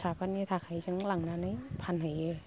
फिसाफोरनि थाखाय जों लांनानै फानहैयो